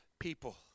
People